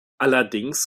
allerdings